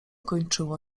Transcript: kończyło